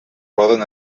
poden